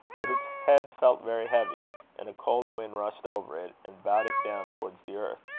but its head felt very heavy and a cold wind rushed over it, and bowed it down towards the earth.